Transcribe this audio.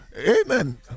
Amen